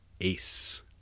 ace